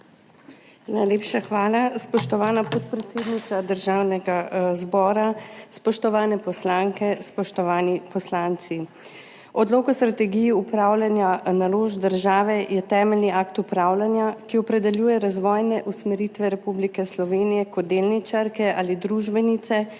Najlepša hvala, spoštovana podpredsednica Državnega zbora! Spoštovane poslanke, spoštovani poslanci! Odlok o strategiji upravljanja naložb države je temeljni akt upravljanja, ki opredeljuje razvojne usmeritve Republike Slovenije kot delničarke ali družbenice